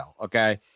okay